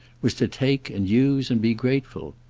was to take and use and be grateful.